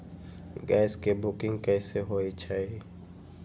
Gas के booking कैसे होईछई?